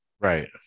Right